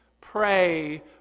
pray